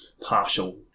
partial